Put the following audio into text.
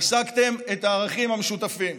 ריסקתם את הערכים המשותפים.